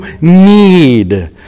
need